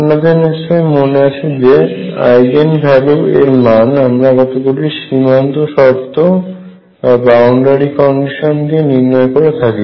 আপনাদের নিশ্চয়ই মনে আছে যে আইগেন ভ্যালু এর মান আমরা কতগুলি সীমান্ত শর্ত দিয়ে নির্ণয় করে থাকি